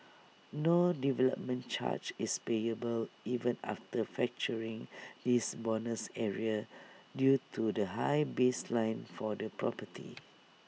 no development charge is payable even after factoring this bonus area due to the high baseline for the property